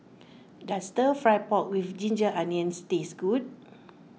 does Stir Fry Pork with Ginger Onions taste good